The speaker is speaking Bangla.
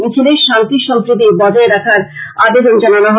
মিছিলে শান্তি সম্প্রীতির বজায় রাখার আবেদন জানানো হয়